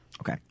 Okay